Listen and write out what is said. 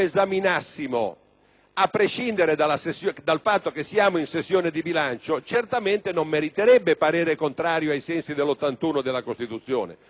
a prescindere dal fatto che siamo in sessione di bilancio, non meriterebbe parere contrario ai sensi dell'articolo 81 della Costituzione.